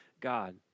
God